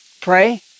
Pray